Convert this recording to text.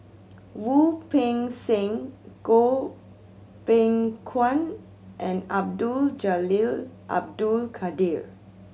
Wu Peng Seng Goh Beng Kwan and Abdul Jalil Abdul Kadir